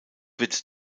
wird